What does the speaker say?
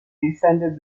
descended